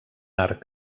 arc